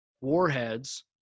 Warheads